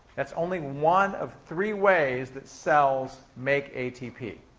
that's only one of three ways that cells make atp.